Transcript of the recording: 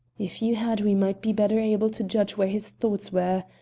if you had we might be better able to judge where his thoughts were.